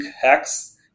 hacks